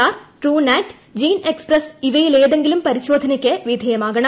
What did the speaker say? R Truenat gene express ഇവയിലേതെങ്കിലും ചൂരിശോധനയ്ക്ക് വിധേയമാകണം